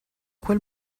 quel